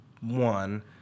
one